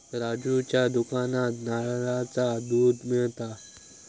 राजूच्या दुकानात नारळाचा दुध मिळता